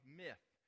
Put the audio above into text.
myth